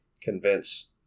convince